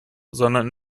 sondern